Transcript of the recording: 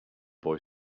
boy